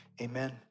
Amen